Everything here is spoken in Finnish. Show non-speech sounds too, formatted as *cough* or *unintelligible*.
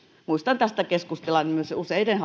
muistan tästä keskustelleeni myös useiden *unintelligible*